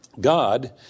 God